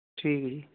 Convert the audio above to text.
ਠੀਕ ਜੀ